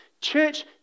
Church